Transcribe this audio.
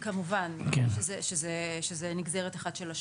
כמובן, שזה נגזרת אחת של השני.